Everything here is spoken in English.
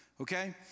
Okay